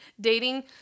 dating